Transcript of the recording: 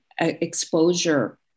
exposure